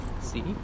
See